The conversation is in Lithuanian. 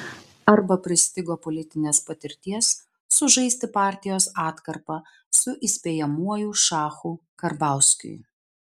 arba pristigo politinės patirties sužaisti partijos atkarpą su įspėjamuoju šachu karbauskiui